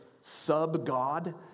sub-God